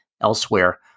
Elsewhere